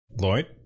Lloyd